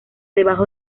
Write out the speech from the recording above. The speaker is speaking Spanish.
debajo